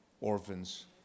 orphans